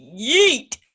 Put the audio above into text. yeet